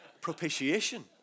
propitiation